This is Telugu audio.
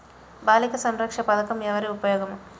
బాలిక సంరక్షణ పథకం ఎవరికి ఉపయోగము?